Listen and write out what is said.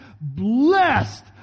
blessed